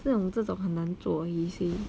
这种这种很难做 he say